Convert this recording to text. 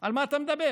על מה אתה מדבר?